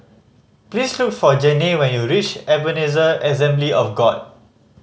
please look for Janay when you reach Ebenezer Assembly of God